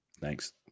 Thanks